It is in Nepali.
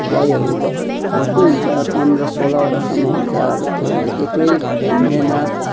गाईहरू भक् भक्कु हुन्छ पन्ध्र सोह्रवटासम्म हुन्छ अब त्यसलाई एक्लै भ्याइँदैन